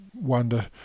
wonder